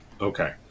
Okay